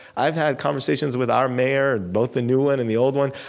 i've had conversations with our mayor, both the new one and the old one.